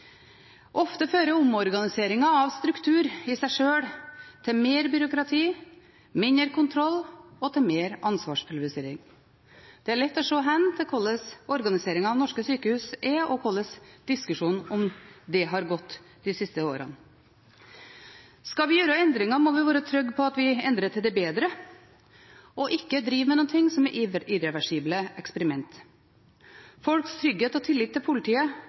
Ofte fører omorganiseringer av struktur i seg sjøl til mer byråkrati, mindre kontroll og til mer ansvarspulverisering. Det er lett å se hen til hvordan organiseringen av norske sykehus er, og hvordan diskusjonen om det har gått de siste åra. Skal vi gjøre endringer, må vi være trygge på at vi endrer til det bedre og ikke driver med noe som er irreversible eksperimenter. Folks trygghet og tillit til politiet